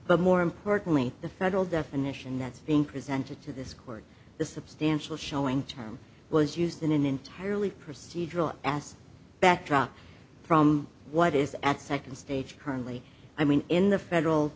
but more importantly the federal definition that's being presented to this court the substantial showing term was used in an entirely procedural as backdrop from what is at second stage currently i mean in the federal